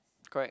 correct